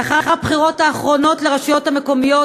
לאחר הבחירות האחרונות לרשויות המקומיות,